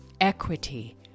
equity